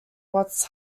watts